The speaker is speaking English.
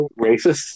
Racist